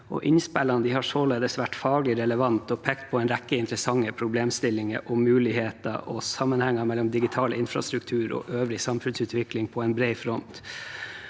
bransjer har således vært faglig relevante og pekt på en rekke interessante problemstillinger, muligheter og sammenhenger mellom digital infrastruktur og øvrig samfunnsutvikling på en bred front.